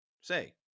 say